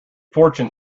fortune